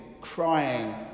crying